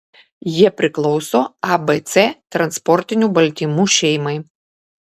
jie priklauso abc transportinių baltymų šeimai